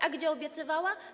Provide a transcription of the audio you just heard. A gdzie obiecywała?